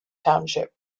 township